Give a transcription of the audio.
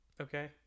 Okay